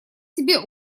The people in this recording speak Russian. себе